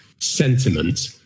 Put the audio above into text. sentiment